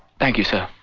thank you, sir.